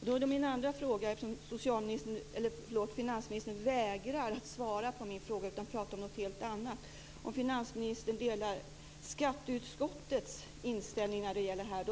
Då är min andra fråga, eftersom finansministern vägrar att svara på min fråga utan pratar om något helt annat, om finansministern delar skatteutskottets inställning när det gäller detta.